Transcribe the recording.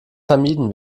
vermieden